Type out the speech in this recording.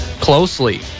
closely